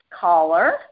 caller